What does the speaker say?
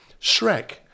Shrek